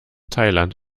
thailand